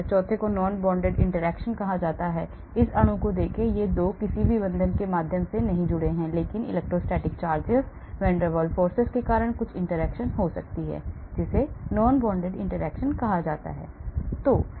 चौथे को non bonded interaction कहा जाता है इस अणु को देखें ये 2 किसी भी बंधन के माध्यम से नहीं जुड़े हैं लेकिन electrostatic charges van der Waals forces के कारण कुछ interaction हो सकती है जिसे non bonded interactions कहा जाता है